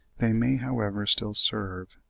they may, however, still serve,